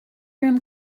room